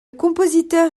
compositeur